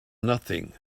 nothing